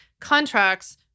contracts